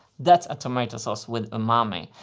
that's a tomato sauce with umami!